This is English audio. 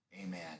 amen